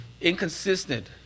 inconsistent